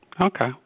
Okay